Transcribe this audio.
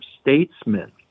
statesmen